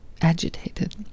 agitated